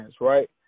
right